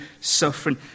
suffering